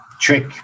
Trick